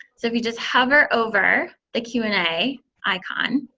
so if you just hover over the q and a icon,